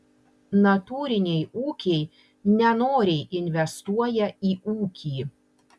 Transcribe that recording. natūriniai ūkiai nenoriai investuoja į ūkį